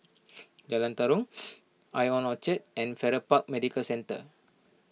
Jalan Tarum I O N Orchard and Farrer Park Medical Centre